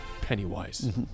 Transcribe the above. Pennywise